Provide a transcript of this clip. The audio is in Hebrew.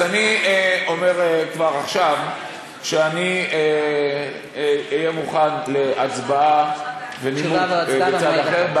אז אני אומר כבר עכשיו שאני אהיה מוכן להצבעה ונימוק בצד אחר,